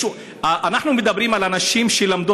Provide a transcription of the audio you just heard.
אנחנו מדברים על אנשים שלמדו,